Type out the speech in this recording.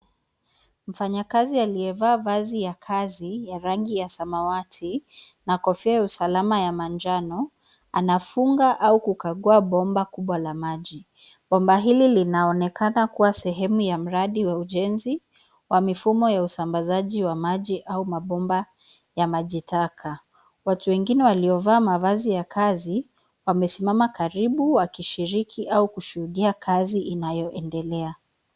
Mfanyakazi aliyevaa vazi ya kazi ya rangi ya samarati na kofia ya usalama ya manjano, anafunga au kukagua bomba kubwa la maji. Bomba hili linaonekana kuwa sehemu ya mradi wa ujenzi wa mifumo ya usambazaji wa maji au mabomba ya majitaka. Watu wengine waliovaa mavazi ya kazi wamesimama karibu wakishiriki au kushuhudia kazi inayoendelea.